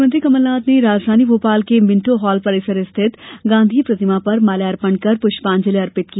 मुख्यमंत्री कमलनाथ ने राजधानी भोपाल के मिंटो हाल परिसर स्थित गांधी प्रतिमा पर माल्यार्पण कर पुष्पांजलि अर्पित की